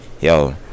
Yo